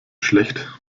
schlecht